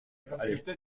vingt